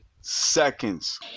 seconds